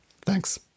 Thanks